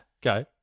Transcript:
go